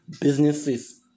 businesses